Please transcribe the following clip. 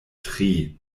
tri